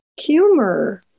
humor